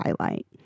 highlight